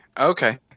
Okay